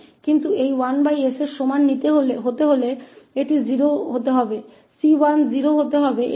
लेकिन इसे 1s के बराबर करने के लिए यह 0 होना चाहिए c1 को 0 होना चाहिए